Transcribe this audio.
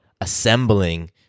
assembling